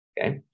okay